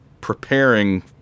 preparing